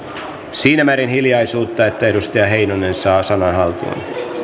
siinä määrin hiljaisuutta että edustaja heinonen saa sanan haltuun